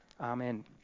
Amen